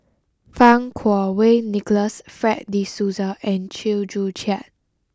Fang Kuo Wei Nicholas Fred de Souza and Chew Joo Chiat